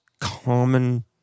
common